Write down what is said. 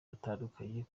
batandukanye